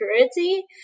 security